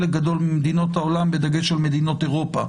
גדול ממדינות העולם בדגש על מדינות אירופה,